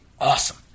awesome